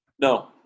No